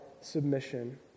submission